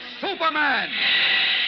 Superman